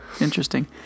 Interesting